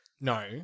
No